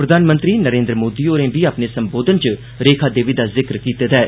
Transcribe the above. प्रधानमंत्री नरेन्द्र मोदी होर बी अपने संबोधन च रेखा देवी दा जिक्र करी चुके दे न